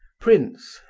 prince,